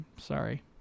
sorry